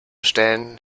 stellen